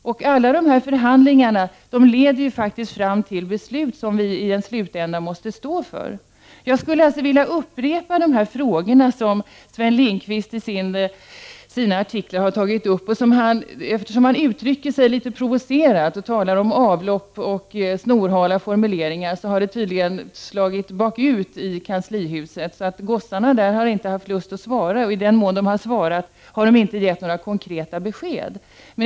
Förhandlingarna leder fram till beslut som vi i slutändan måste stå för. Jag skulle vilja upprepa de frågor som Sven Lindqvist har tagit upp i sina artiklar. Eftersom han uttrycker sig litet provocerande och talar om avlopp och snorhala formuleringar, har man tydligen slagit bakut i kanslihuset. Man har inte haft lust att svara, och i den mån man har svarat har man inte gett några konkreta besked.